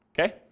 Okay